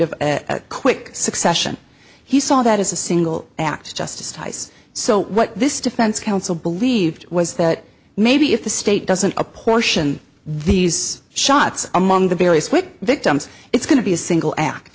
a quick succession he saw that as a single act of justice twice so what this defense counsel believed was that maybe if the state doesn't apportion these shots among the various quick victims it's going to be a single act